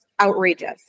outrageous